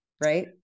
right